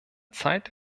zeit